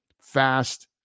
fast